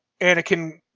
Anakin